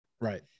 Right